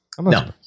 No